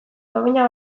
domina